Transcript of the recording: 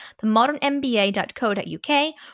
themodernmba.co.uk